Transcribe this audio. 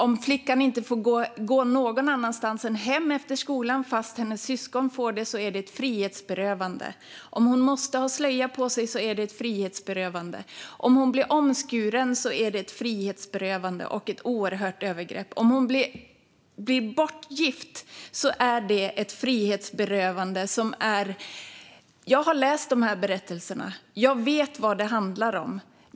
Om flickan inte får gå någon annanstans än hem efter skolan fast hennes syskon får det är det ett frihetsberövande. Om hon måste ha slöja på sig är det ett frihetsberövande. Om hon blir omskuren är det ett frihetsberövande och ett oerhört övergrepp. Om hon blir bortgift är det ett frihetsberövande. Jag har läst de här berättelserna. Jag vet vad det handlar om.